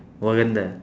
wakanda